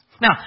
Now